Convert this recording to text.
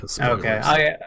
Okay